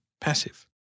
passive